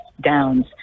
downs